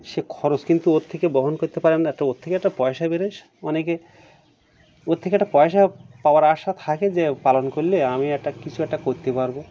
সে খরচ কিন্তু ওর থেকে বহন করতে পারে না একটা ওর থেকে একটা পয়সা বেরোয় অনেকে ওর থেকে একটা পয়সা পাওয়ার আশা থাকে যে পালন করলে আমি একটা কিছু একটা করতে পারব